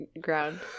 ground